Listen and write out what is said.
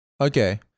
Okay